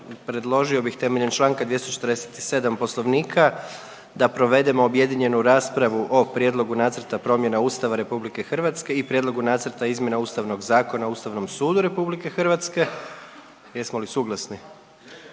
predložio bih temeljem čl. 247. poslovnika da provedemo objedinjenu raspravu o Prijedlogu Nacrta promjena Ustava RH i Prijedlogu Nacrta izmjena Ustavnog zakona o Ustavnom sudu RH. Jesmo li suglasni?